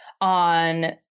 on